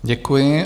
Děkuji.